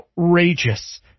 outrageous